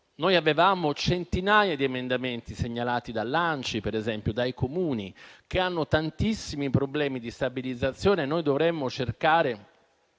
noi avevamo centinaia di emendamenti segnalati dall'ANCI, per esempio, e da Comuni che hanno tantissimi problemi di stabilizzazione. Noi dovremmo cercare